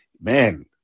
man